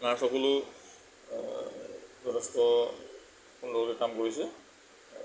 নাৰ্ছসকলেও যথেষ্ট সুন্দৰকৈ কাম কৰিছে